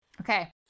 Okay